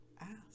ask